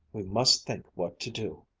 we must think what to do.